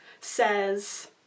says